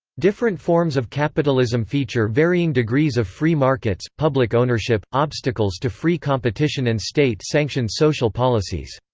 different forms of capitalism feature varying degrees of free markets, public ownership, obstacles to free competition and state-sanctioned social policies.